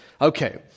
Okay